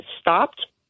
stopped